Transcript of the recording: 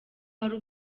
hari